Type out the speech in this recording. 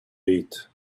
eat